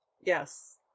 Yes